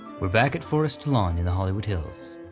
we're back at forest lawn in the hollywood hills.